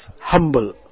humble